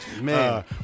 Man